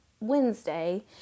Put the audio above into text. Wednesday